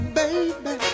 baby